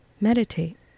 Meditate